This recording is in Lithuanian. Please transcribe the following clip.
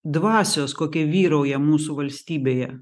dvasios kokia vyrauja mūsų valstybėje